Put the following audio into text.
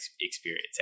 experience